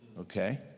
okay